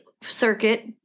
circuit